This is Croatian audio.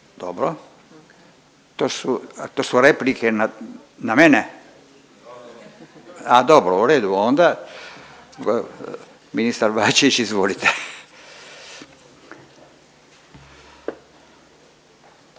To su. To su replike na mene? A dobro. U redu onda. Ministar Bačić, izvolite.